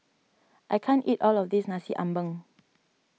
I can't eat all of this Nasi Ambeng